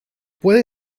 puede